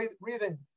breathing